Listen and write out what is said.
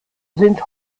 sind